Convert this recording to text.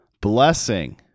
blessing